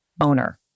owner